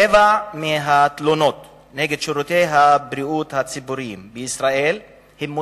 רבע מהתלונות נגד שירותי הבריאות הציבוריים בישראל נמצא מוצדק.